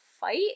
fight